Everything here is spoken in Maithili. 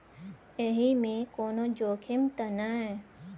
एहि मे कोनो जोखिम त नय?